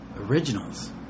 originals